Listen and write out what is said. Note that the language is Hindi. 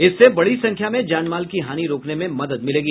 इससे बड़ी संख्या में जानमाल की हानि रोकने में मदद मिलेगी